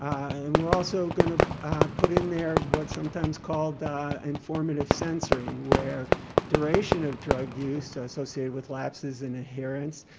and we're also going to put in there what's sometimes called informative censoring where duration of drug use associated with lapses in adherence,